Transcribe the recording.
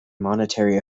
monetary